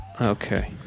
Okay